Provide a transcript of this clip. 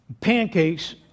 pancakes